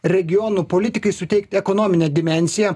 regionų politikai suteikti ekonominę dimensiją